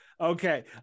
Okay